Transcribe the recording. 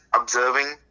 observing